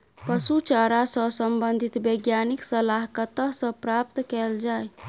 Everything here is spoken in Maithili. पशु चारा सऽ संबंधित वैज्ञानिक सलाह कतह सऽ प्राप्त कैल जाय?